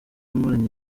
amaranye